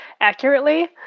accurately